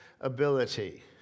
ability